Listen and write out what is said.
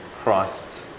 Christ